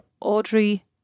Audrey